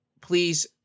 please